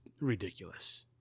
ridiculous